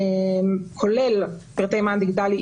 כולל פרטי מען דיגיטלי,